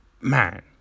man